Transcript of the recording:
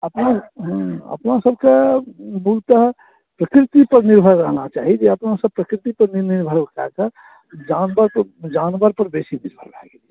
अपनहूँ अपना सबके बहुते प्रकृती पर निर्भर रहना चाही जे अपना सब प्रकृति पर नहि निर्भर भऽ कऽ जानवर जानवर पर बेसी निर्भर भऽ गेलियै